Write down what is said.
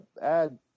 add